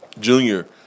junior